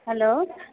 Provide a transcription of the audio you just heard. hello